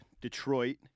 Detroit